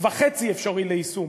וחֵצִי אפשרי ליישום.